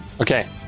Okay